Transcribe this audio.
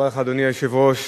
אדוני היושב-ראש,